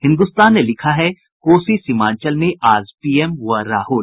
हिन्द्रस्तान ने लिखा है कोसी सीमांचल में आज पीएम व राहल